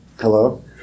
Hello